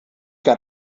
got